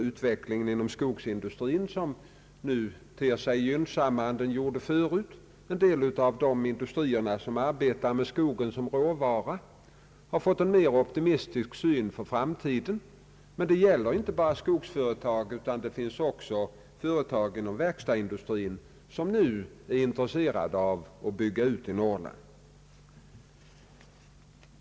Utvecklingen inom skogsindustrin ter sig nu synnsammare än den gjorde tidigare. En del av de industrier som arbetar med skogen som råvara har fått en mer optimistisk syn på framtiden, men det gäller inte bara skogsföretag, utan det finns också företag inom verkstadsindustrin som nu är intresserade av att bygga ut i Norrland.